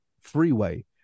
freeway